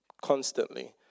constantly